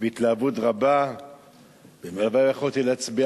בהתלהבות רבה והלוואי שיכולתי להצביע